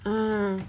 ah